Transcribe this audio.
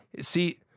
See